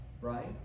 right